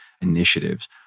initiatives